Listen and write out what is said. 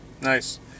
nice